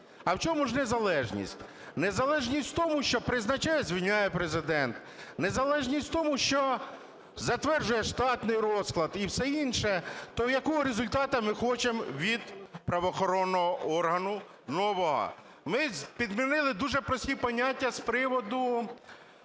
А в чому ж незалежність? Незалежність в тому, що призначає-звільняє Президент, незалежність в тому, що затверджує штатний розклад і все інше, то якого результату ми хочемо від правоохоронного органу нового? Ми підмінили дуже прості поняття з приводу